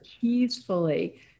peacefully